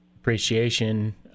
appreciation